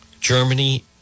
Germany